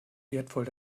wertvoll